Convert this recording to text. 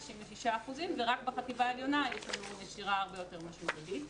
96% ורק בחטיבה העליונה יש לנו נשירה הרבה יותר משמעותית.